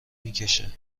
میکشه